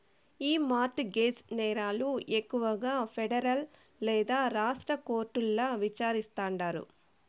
ఈ mortgage నేరాలు ఎక్కువగా పెడరల్ లేదా రాష్ట్ర కోర్టుల్ల విచారిస్తాండారు